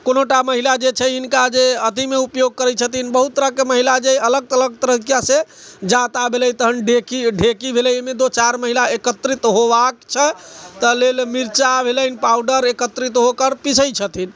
कोनोटा महिला जे छै हिनका जे अथीमे ऊपयोग करैत छथिन बहुत तरहके महिला जे अलग अलग तरीका से जाँता भेलै तहन ढेकी भेलै एहिमे दू चारि महिला एकत्रित होबाक छै तऽ लेल मिर्चा भेलै पाउडर एकत्रित होकर पिसैत छथिन